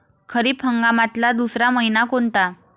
खरीप हंगामातला दुसरा मइना कोनता?